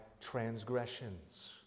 transgressions